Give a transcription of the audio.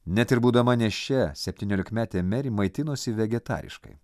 net ir būdama nėščia septyniolikmetė meri maitinosi vegetariškai